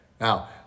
Now